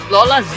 Lola